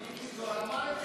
מיקי כבר אמר את זה.